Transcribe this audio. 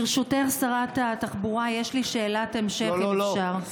ברשותך, שרת התחבורה, יש לי שאלת המשך, אם אפשר.